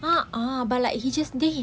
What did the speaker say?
uh uh but like he just then he